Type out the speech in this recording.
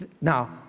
Now